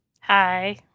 Hi